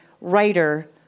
writer